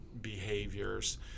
behaviors